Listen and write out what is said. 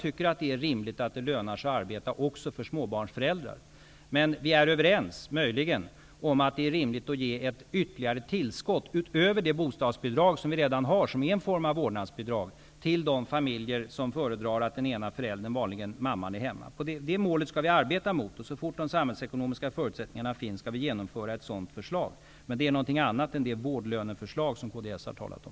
Det är rimligt att det lönar sig att arbeta också för småbarnsföräldrar. Vi är möjligen överens om att det är rimligt att ge ett ytterligare tillskott, utöver det bostadsbidrag som vi redan har och som är en form av vårdnadsbidrag, till de familjer som föredrar att den ena föräldern, vanligen mamman, är hemma. Det målet skall vi arbeta mot. Så fort de samhällsekonomiska förutsättningarna finns skall vi genomföra ett sådant förslag. Men det är någonting annat än det vårdlöneförslag som kds har talat om.